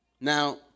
Now